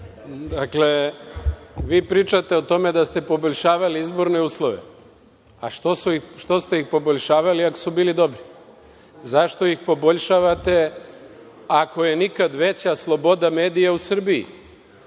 Dakle, vi pričate o tome da ste poboljšavali izborne uslove, a što ste ih poboljšavali, ako su bili dobri? Zašto ih poboljšavate, ako je nikad veća sloboda medija u Srbiji?